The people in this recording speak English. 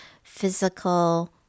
physical